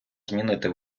змінити